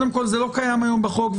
זה לא קיים היום בחוק.